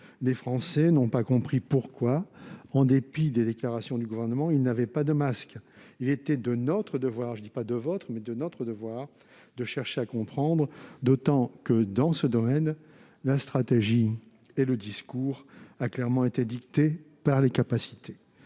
les Français n'ont pas compris pourquoi, en dépit des déclarations du Gouvernement, ils n'avaient pas de masques. Il était de notre devoir- et je ne dis pas seulement du vôtre -de chercher à comprendre, d'autant que, dans ce domaine, la stratégie et le discours ont clairement été dictés par les capacités.